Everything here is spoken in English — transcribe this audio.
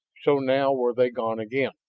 so now were they gone again.